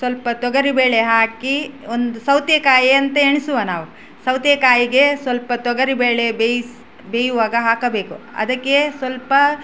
ಸ್ವಲ್ಪ ತೊಗರಿಬೇಳೆ ಹಾಕಿ ಒಂದು ಸೌತೆ ಕಾಯಿ ಅಂತ ಎಣಿಸುವ ನಾವು ಸೌತೆಕಾಯಿಗೆ ಸ್ವಲ್ಪ ತೊಗರಿಬೇಳೆ ಬೇಯಿಸಿ ಬೇಯುವಾಗ ಹಾಕಬೇಕು ಅದಕ್ಕೆ ಸ್ವಲ್ಪ